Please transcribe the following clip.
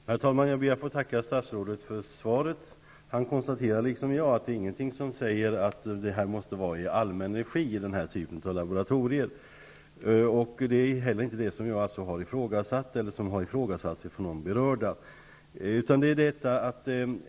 Herrr talman! Jag ber att få tacka statsrådet för svaret. Han, liksom jag, konstaterar att det är inte någonting som säger att den här typen av laboratorieverksamhet måste drivas i allmän regi. Det är heller inte någonting som vare sig jag eller de berörda har ifrågasatt.